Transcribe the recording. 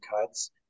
cuts